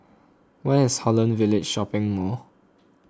where is Holland Village Shopping Mall